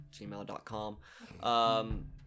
gmail.com